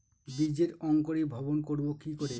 বীজের অঙ্কোরি ভবন করব কিকরে?